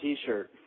T-shirt